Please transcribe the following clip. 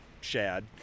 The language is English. shad